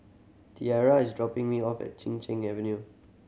Tiara is dropping me off at Chin Cheng Avenue